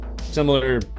Similar